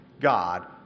God